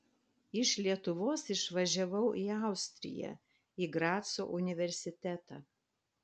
iš lietuvos išvažiavau į austriją į graco universitetą